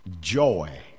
joy